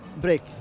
break